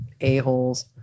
a-holes